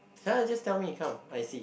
yeah just tell me come I see